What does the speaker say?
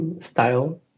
style